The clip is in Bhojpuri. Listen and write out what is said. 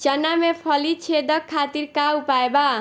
चना में फली छेदक खातिर का उपाय बा?